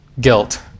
guilt